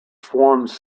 forms